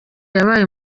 yabaye